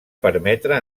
permetre